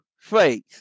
Faith